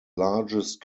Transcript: largest